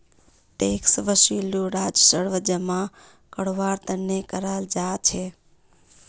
tax वसूली राजस्व जमा करवार तने कराल जा छे